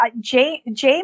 james